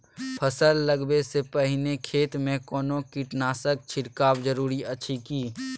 फसल लगबै से पहिने खेत मे कोनो कीटनासक छिरकाव जरूरी अछि की?